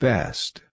Best